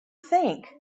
think